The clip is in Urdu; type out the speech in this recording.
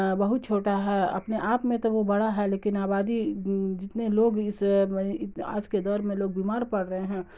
بہت چھوٹا ہے اپنے آپ میں تو وہ بڑا ہے لیکن آبادی جتنے لوگ اس آج کے دور میں لوگ بیمار پڑ رہے ہیں